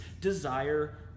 desire